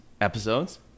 episodes